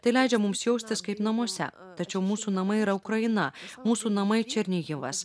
tai leidžia mums jaustis kaip namuose tačiau mūsų namai yra ukraina mūsų namai černyhivas